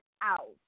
out